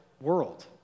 world